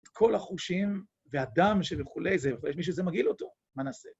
את כל החושים, והדם וכולי זה, ויש מי שזה מגעיל אותו, מה נעשה?